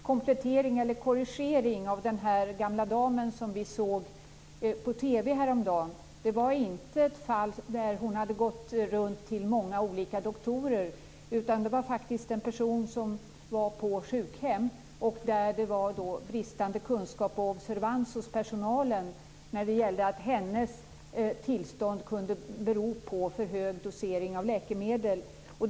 Herr talman! Jag vill göra en komplettering, eller kanske en korrigering, beträffande den gamla dam som vi häromdagen kunde se i TV. Hon hade inte gått runt till många olika doktorer. I stället handlade det om en person på sjukhem där det var en bristande kunskap och observans hos personalen. Den här damens tillstånd kunde nämligen bero på en för hög dosering av läkemedel.